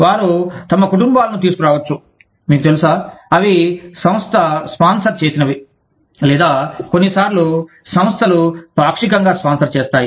వారు తమ కుటుంబాలను తీసుకురావచ్చు మీకు తెలుసా అవి సంస్థ స్పాన్సర్ చేసినవి లేదా కొన్నిసార్లు సంస్థలు పాక్షికంగా స్పాన్సర్ చేస్తాయి